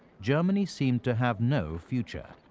germany seemed to have no future.